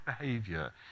behavior